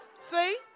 See